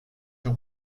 they